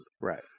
Right